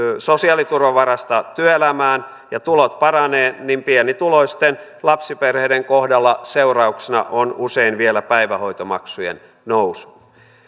sosiaaliturvan varasta työelämään ja tulot paranevat niin pienituloisten lapsiperheiden kohdalla seurauksena on usein vielä päivähoitomaksujen nousu